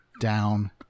down